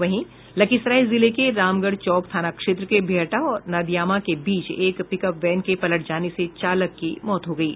वहीं लखीसराय जिले के रामगढ़ चौक थाना क्षेत्र के बिहटा और नादियामा के बीच एक पिकअप वैन के पलटने से चालक की मौत हो गयी